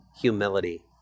humility